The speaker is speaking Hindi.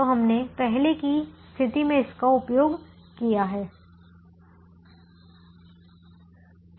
तो हमने पहले की स्थिति में इसका उपयोग किया है